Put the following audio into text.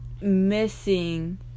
missing